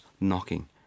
knocking